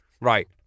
Right